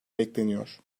bekleniyor